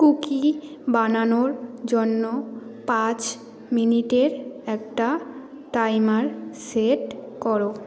cookie বানানোর জন্য পাঁচ মিনিটের একটা টাইমার সেট করো